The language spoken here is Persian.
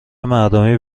مردمی